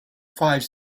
five